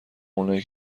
اونایی